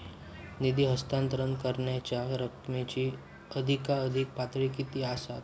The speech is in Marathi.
निधी हस्तांतरण करण्यांच्या रकमेची अधिकाधिक पातळी किती असात?